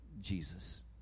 Jesus